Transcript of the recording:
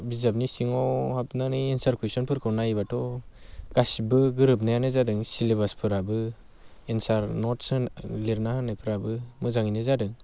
बिजाबनि सिङाव हाबनानै एन्सार कुइसनफोरखौ नायब्लाथ' गासैबो गोरोबनायानो जादों सेलेबासफोराबो एन्सार नट्स लिरना होनायफोराबो मोजाङैनो जादों